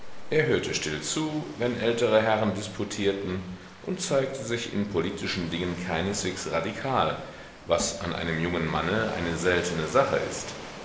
er hörte still zu wenn ältere herren disputierten und zeigte sich in politischen dingen keineswegs radikal was an einem jungen manne eine seltene sache ist